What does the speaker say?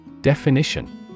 Definition